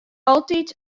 altyd